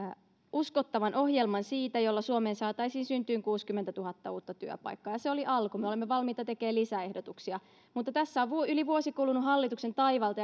uskottavan ohjelman siitä jolla suomeen saataisiin syntymään kuusikymmentätuhatta uutta työpaikkaa ja se oli alku me olemme valmiita tekemään lisäehdotuksia mutta tässä on yli vuosi kulunut hallituksen taivalta